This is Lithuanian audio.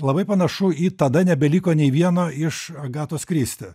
labai panašu į tada nebeliko nei vieno iš agatos kristi